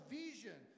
vision